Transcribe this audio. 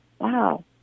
Wow